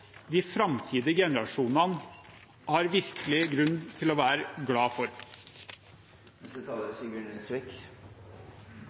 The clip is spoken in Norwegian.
de framtidige generasjonene har virkelig grunn til å være glad for.